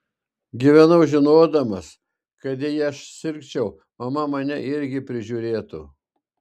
gyvenau žinodamas kad jei aš sirgčiau mama mane irgi prižiūrėtų